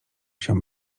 się